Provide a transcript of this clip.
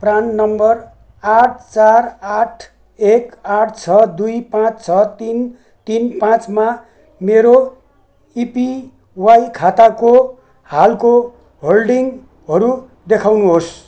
PRAN number आठ चार आठ एक आठ छ दुई पाँच छ तिन तिन पाँचमा मेरो इपिवाई खाताको हालको होल्डिङहरू देखाउनुहोस्